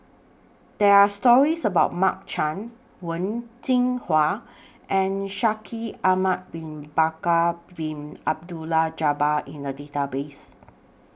There Are stories about Mark Chan Wen Jinhua and Shaikh Ahmad Bin Bakar Bin Abdullah Jabbar in The Database